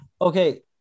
okay